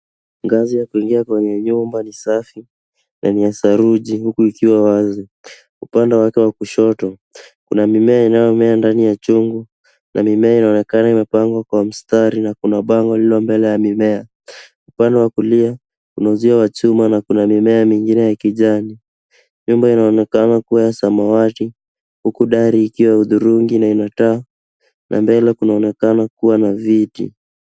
Ngazi ya kuingia kwenye nyumba ni safi na ni ya saruji huku ikiwa wazi. Upande wake wa kushoto kuna mimea inayomea ndani ya chungu na mimea inaonekana imepangwa kwa mstari na kuna bango lililo mbele ya mimea. Upande wa kulia, kuna uzio wa chuma na kuna mimea mingine ya kijani. Nyumba inaonekana kuwa ya samawati huku dari, ikiwa ya hudhurungi na ina taa na mbele kunaonekana kuwa na viti.